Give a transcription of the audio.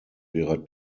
ihrer